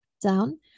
down